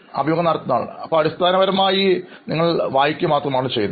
അഭിമുഖം നടത്തുന്നയാൾ അപ്പോൾ അടിസ്ഥാനപരമായി നിങ്ങൾ വായിക്കുക മാത്രമാണ് ചെയ്യുന്നത്